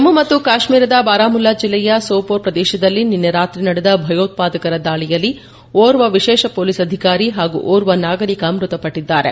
ಜಮ್ಮು ಮತ್ತು ಕಾಶ್ಮೀರದ ಬಾರಾಮುಲ್ಡಾ ಜಿಲ್ಲೆಯ ಸೊಪೋರ್ ಪ್ರದೇಶದಲ್ಲಿ ನಿನ್ನೆ ರಾತ್ರಿ ನಡೆದ ಭಯೋತ್ವಾದಕರ ದಾಳಿಯಲ್ಲಿ ಓರ್ವ ವಿಶೇಷ ಪೊಲೀಸ್ ಅಧಿಕಾರಿ ಹಾಗೂ ಓರ್ವ ನಾಗರಿಕ ಮ್ಖತಪಟ್ಟಿದ್ದಾರೆ